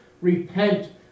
Repent